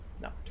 No